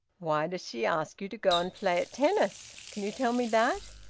why does she ask you to go and play at tennis? can you tell me that.